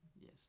Yes